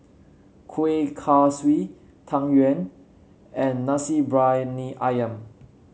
Kueh Kaswi Tang Yuen and Nasi Briyani ayam